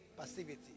passivity